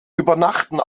übernachten